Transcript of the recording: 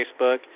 Facebook